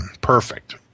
perfect